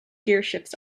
gearshifts